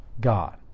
God